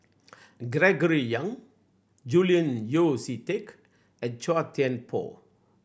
Gregory Yong Julian Yeo See Teck and Chua Thian Poh